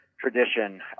tradition